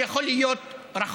שיכול להיות רחוק,